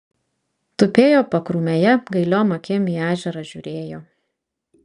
tupėjo pakrūmėje gailiom akim į ežerą žiūrėjo